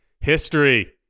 History